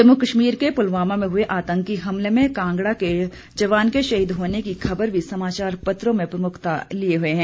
जम्मू कश्मीर के पुलवामा में हुए आंतकी हमले में कांगड़ा के जवान के शहीद होने की खबर भी समाचार पत्रों में प्रमुखता लिए हुए है